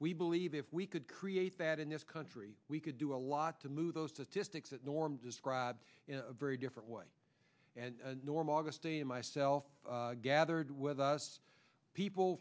we believe if we could create that in this country we could do a lot to move those statistics that norm described in a very different way and norm augustine and myself gathered with us people